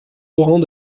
laurent